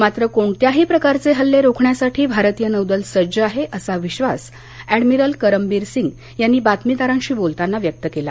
मात्र कोणत्याही प्रकारचे हल्ले रोखण्यासाठी भारतीय नौदल सज्ज आहे असा विश्वास अँडमिरल करमबीर सिंग यांनी बातमीदारांशी बोलताना व्यक्त केला